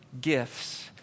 gifts